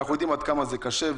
אנחנו יודעים עד כמה זה קשה,